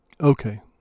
Okay